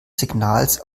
signals